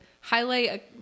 highlight